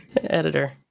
editor